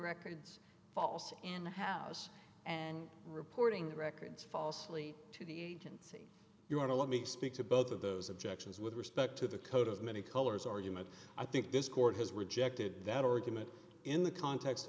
records false in the house and reporting the records falsely to the agency you want to let me speak to both of those objections with respect to the coat of many colors argument i think this court has rejected that argument in the context